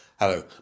Hello